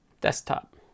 Desktop